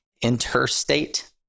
interstate